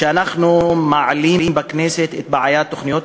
שאנחנו מעלים בכנסת את בעיית תוכניות